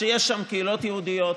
שיש בהם קהילות יהודיות,